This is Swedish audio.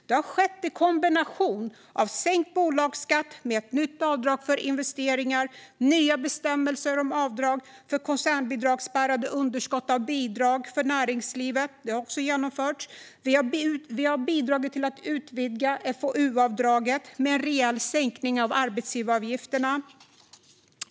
Det har skett i kombination med en sänkt bolagsskatt med ett nytt avdrag för investeringar. Nya bestämmelser om avdrag för koncernbidragsspärrade underskott och avdrag för näringslivet har också genomförts. Vi har också bidragit till att utvidga FoU-avdraget med en rejäl sänkning av arbetsgivaravgifterna.